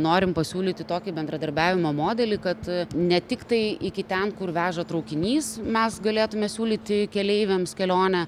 norim pasiūlyti tokį bendradarbiavimo modelį kad ne tiktai iki ten kur veža traukinys mes galėtume siūlyti keleiviams kelionę